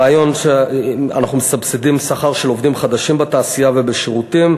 הרעיון הוא שאנחנו מסבסדים שכר של עובדים חדשים בתעשייה ובשירותים,